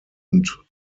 und